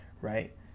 right